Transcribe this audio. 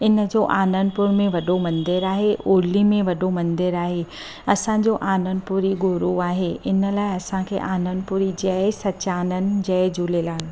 इन जो आनंदपुर में वॾो मंदरु आहे ओली में वॾो मंदिर आहे असांजो आनंदपुर ई गुरु आहे इन लाइ असांखे आनंदपुरी जय सचानंद जय झूलेलाल